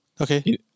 Okay